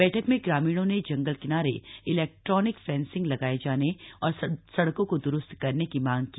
बैठक में ग्रामीणों ने जंगल किनारे इलेक्ट्रॉनिक फेंसिंग लगाए जाने और सड़कों को द्रुस्त करने की मांग की